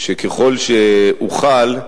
שככל שאוכל,